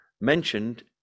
mentioned